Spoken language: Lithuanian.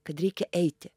kad reikia eiti